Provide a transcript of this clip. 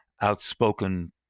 outspoken